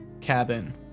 cabin